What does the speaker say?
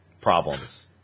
Problems